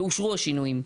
ואושרו השינויים.